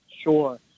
Sure